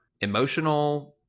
emotional